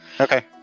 Okay